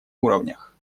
уровнях